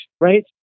right